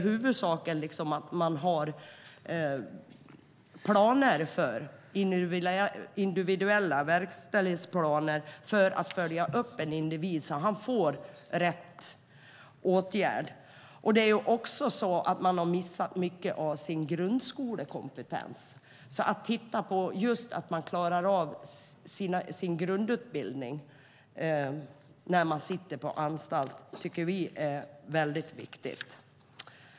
Huvudsaken är att man har individuella verkställighetsplaner för att följa upp en individ så att han får rätt åtgärd. Det är många som har missat mycket av sin grundskolekompetens. Just detta att klara av grundutbildningen när man sitter på anstalt tycker vi är mycket viktigt.